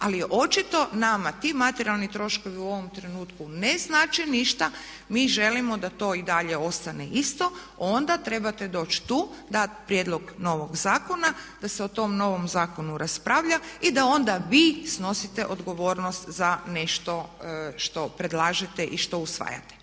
Ali je očito nama ti materijalni troškovi u ovom trenutku ne znače ništa. Mi želimo da to i dalje ostane isto. Onda trebate doći tu, dat prijedlog novog zakona, da se o tom novom zakonu raspravlja i da onda vi snosite odgovornost za nešto što predlažete i što usvajate.